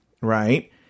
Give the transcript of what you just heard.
right